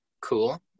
cool